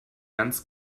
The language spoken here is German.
ganz